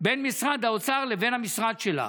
בין משרד האוצר לבין המשרד שלך,